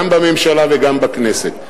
גם בממשלה וגם בכנסת.